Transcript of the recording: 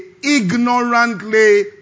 ignorantly